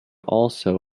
also